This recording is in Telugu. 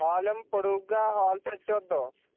హాల్ ఏమో పొడుగ్గా హాల్ సెట్ చేద్దాం